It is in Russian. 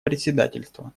председательства